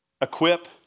equip